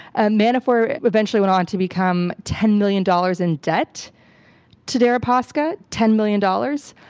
ah manafort eventually went on to become ten million dollars in debt to deripaska. ten million dollars.